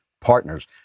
partners